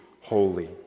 holy